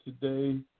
today